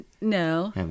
No